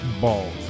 Balls